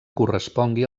correspongui